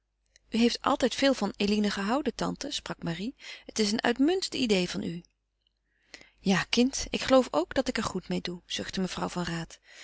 u heeft altijd veel van eline gehouden tante sprak marie het is een uitmuntend idée van u ja kind ik geloof ook dat ik er goed meê doe zuchtte mevrouw van raat